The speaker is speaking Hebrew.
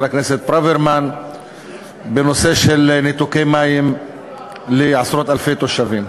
הכנסת ברוורמן בנושא ניתוק מים לעשרות אלפי תושבים.